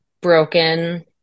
broken